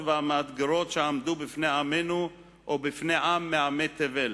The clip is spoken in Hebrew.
והמאתגרות שעמדו בפני עמנו או בפני עם מעמי תבל.